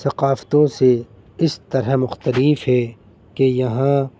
ثقافتوں سے اس طرح مختلف ہے کہ یہاں